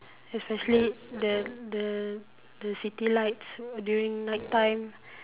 especially the the the city lights during night time